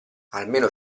almeno